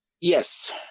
Yes